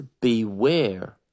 beware